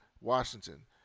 Washington